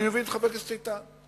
אני מבין את חבר הכנסת איתן.